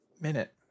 minute